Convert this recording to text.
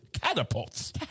catapults